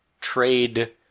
trade